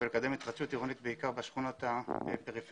ולקדם התחדשות עירונית בעיקר בשכונות הפריפריאליות